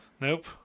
Nope